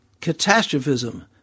catastrophism